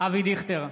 אבי דיכטר,